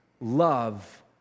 love